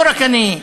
לא רק אני,